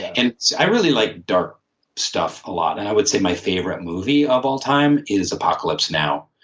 and i really like dark stuff a lot. and i would say my favorite movie of all time is apocalypse now.